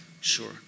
Sure